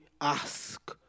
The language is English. ask